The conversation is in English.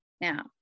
Now